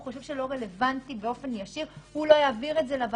חושב שלא רלוונטי באופן ישיר גורם